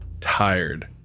tired